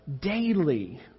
daily